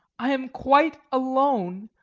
i am quite alone,